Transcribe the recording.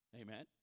Amen